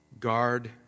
Guard